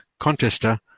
contester